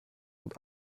und